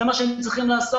זה מה שהיו צריכים לעשות.